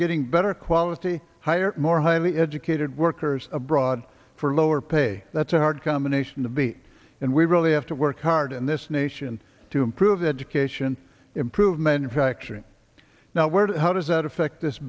getting better quality higher more highly educated workers abroad for lower pay that's a hard combination to be and we really have to work hard in this nation to improve education improve manufacturing now where how does that affect this